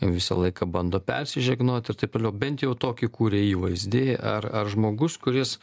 visą laiką bando persižegnot ir taip toliau bent jau tokį kuria įvaizdį ar ar žmogus kuris